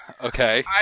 Okay